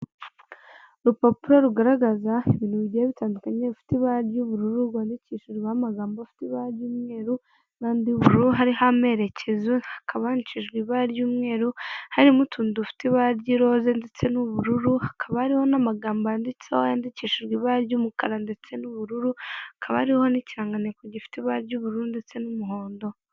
Urupapuro rugaragaza ibintu bigiye bitandukanye bifite ibara ry'ubururu rwandikishijeho amagambo afite ibara ry'umweru n'andi y'ubururu hariho amerekezo hakaba handishijwe ibara ry'umweru harimo utuntu dufite ibara ry'irose ndetse n'ubururu hakaba ariho n'amagambo yanditseho yandikishijwe ibara ry'umukara ndetse n'ubururu, hakaba hariho n'ikiraganteko gifite ibara ry'uburu ndetse n'umuhondo.